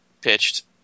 pitched